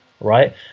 Right